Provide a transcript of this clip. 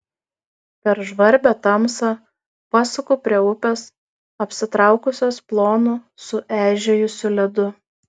per žvarbią tamsą pasuku prie upės apsitraukusios plonu sueižėjusiu ledu